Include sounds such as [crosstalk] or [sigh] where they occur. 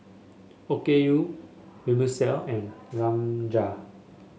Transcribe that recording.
Okayu Vermicelli and [unintelligible]